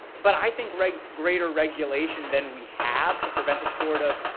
but i think right greater regulation than we have to prevent the sort of,